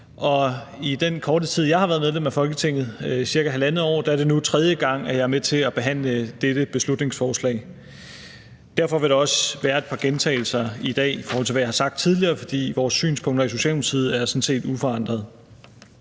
i den korte tid, jeg har været medlem af Folketinget, cirka 1½ år, er det nu tredje gang, at jeg er med til at behandle dette beslutningsforslag. Derfor vil der også være et par gentagelser i dag, i forhold til hvad jeg har sagt tidligere, for vores synspunkter i Socialdemokratiet er sådan set uforandrede.